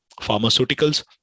pharmaceuticals